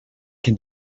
can